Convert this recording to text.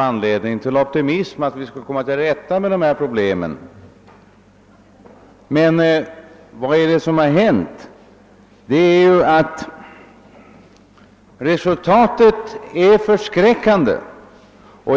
anledning till optimism om att vi skulle komma till rätta med transportproblemen, men nu ter sig resultatet förskräckande.